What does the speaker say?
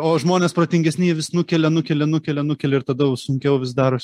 o žmonės protingesnieji vis nukelia nukelia nukelia nukelia ir tada jau sunkiau vis daros